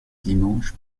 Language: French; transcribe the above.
dimanche